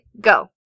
go